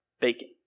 bacon